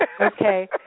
Okay